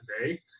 today